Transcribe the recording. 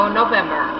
november